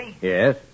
Yes